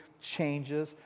changes